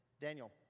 Daniel